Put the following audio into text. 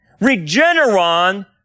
Regeneron